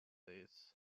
its